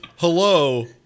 hello